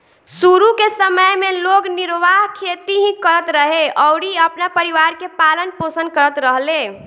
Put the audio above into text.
शुरू के समय में लोग निर्वाह खेती ही करत रहे अउरी अपना परिवार के पालन पोषण करत रहले